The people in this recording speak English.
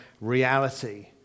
reality